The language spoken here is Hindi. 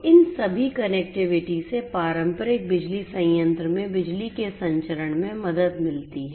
तो इन सभी कनेक्टिविटी से पारंपरिक बिजली संयंत्र में बिजली के संचरण में मदद मिलती है